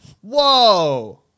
Whoa